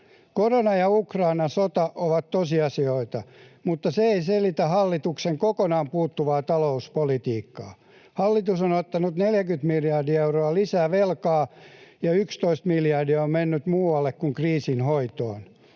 Korona ja Ukrainan sota ovat tosiasioita, mutta ne eivät selitä hallituksen kokonaan puuttuvaa talouspolitiikkaa. Hallitus on ottanut 40 miljardia euroa lisää velkaa, ja 11 miljardia on mennyt muualle kuin kriisinhoitoon.